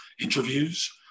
interviews